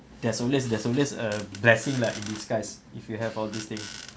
there's always there's always a blessing lah in disguise if you have all these thing